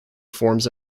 forms